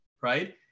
right